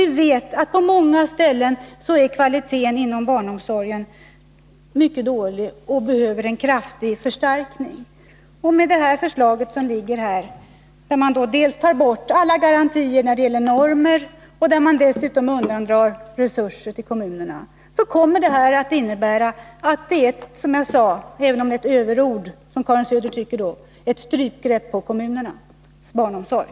Vi vet också att kvaliteten inom barnomsorgen på många ställen är mycket dålig och behöver en kraftig förstärkning. Det förslag som nu läggs fram, där man tar bort alla garantier när det gäller normer och dessutom undandrar kommunerna resurser, kommer — som jag sade tidigare, även om Karin Söder betraktar det som överord — att innebära ett strypgrepp på kommunernas barnomsorg.